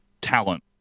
talent